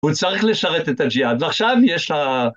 הוא צריך לשרת את הג'יאד, ועכשיו יש ה...